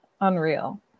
unreal